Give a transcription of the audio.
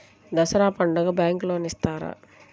దసరా పండుగ bank loan ఇస్తారా?